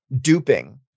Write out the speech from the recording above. duping